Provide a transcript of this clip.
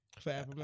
Forever